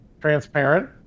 transparent